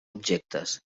objectes